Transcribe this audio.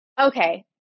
okay